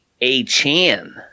A-Chan